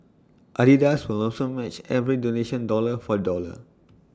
Adidas will also match every donation dollar for dollar